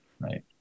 right